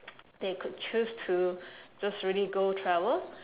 they could choose to just really go travel